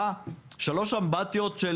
צריכה שלוש אמבטיות של